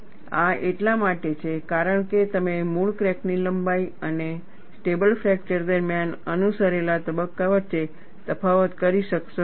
આ એટલા માટે છે કારણ કે તમે મૂળ ક્રેક ની લંબાઈ અને સ્ટેબલ ફ્રેકચર દરમિયાન અનુસરેલા તબક્કા વચ્ચે તફાવત કરી શકશો નહીં